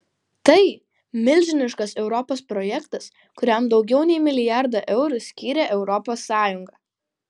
tai milžiniškas europos projektas kuriam daugiau nei milijardą eurų skyrė europos sąjunga